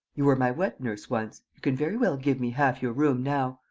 you were my wet-nurse once. you can very well give me half your room now.